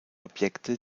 objekte